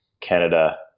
Canada